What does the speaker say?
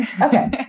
okay